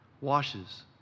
washes